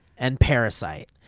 and parasite.